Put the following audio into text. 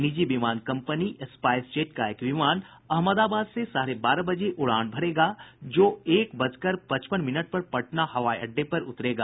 निजी विमान company SpiceJet का एक विमान अहमदाबाद से साढ़े बारह बजे उड़ान भरेगा जो जो एक बजकर पचपन मिनट पर पटना हवाई अड्डे पर उतरेगा